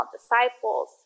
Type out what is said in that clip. disciples